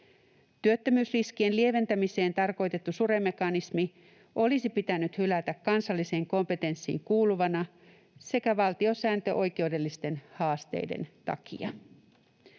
Työttömyysriskien lieventämiseen tarkoitettu SURE-mekanismi olisi pitänyt hylätä kansalliseen kompetenssiin kuuluvana sekä valtiosääntöoikeudellisten haasteiden takia.